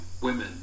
women